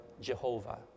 Jehovah